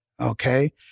okay